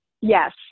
yes